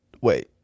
Wait